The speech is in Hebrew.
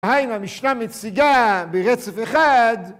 המשנה מציגה ברצף אחד